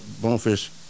Bonefish